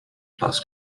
plus